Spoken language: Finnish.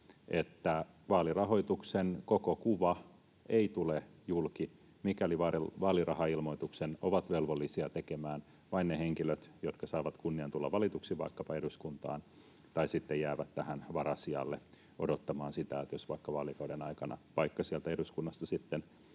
että vaalirahoituksen koko kuva ei tule julki, mikäli vaalirahailmoituksen ovat velvollisia tekemään vain ne henkilöt, jotka saavat kunnian tulla valituksi vaikkapa eduskuntaan tai sitten jäävät varasijalle odottamaan sitä, että jos vaikka vaalikauden aikana vaikka sieltä eduskunnasta sitten